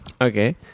Okay